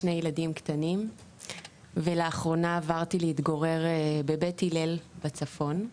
קטנים ולאחרונה עברתי להתגורר בבית הלל בצפון,